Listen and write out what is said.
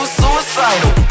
suicidal